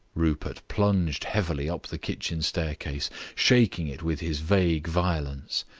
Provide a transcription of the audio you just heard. rupert plunged heavily up the kitchen staircase, shaking it with his vague violence.